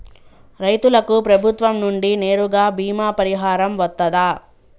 రైతులకు ప్రభుత్వం నుండి నేరుగా బీమా పరిహారం వత్తదా?